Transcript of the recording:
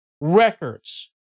records